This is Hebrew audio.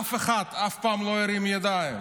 אף אחד אף פעם לא הרים ידיים.